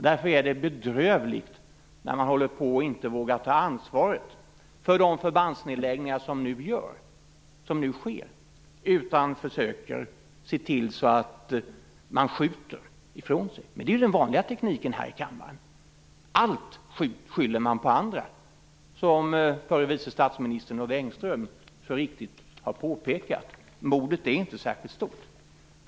Det är då bedrövligt när man inte vågar ta ansvaret för de förbandsnedläggningar som nu sker utan försöker skjuta det ifrån sig. Men det är den vanliga tekniken här i kammaren. Allt skyller man på andra. Som förre vice statsministern Odd Engström så riktigt har påpekat är modet inte särskilt stort.